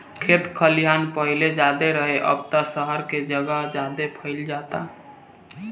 खेत खलिहान पाहिले ज्यादे रहे, अब त सहर के जगह ज्यादे भईल जाता